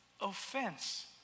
offense